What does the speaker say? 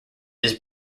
his